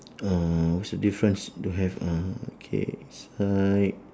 uh what's the difference don't have ah okay side